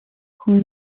come